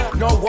no